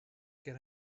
get